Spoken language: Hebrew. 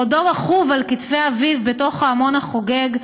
בעודו רכוב על כתפי אביו בתוך ההמון החוגג,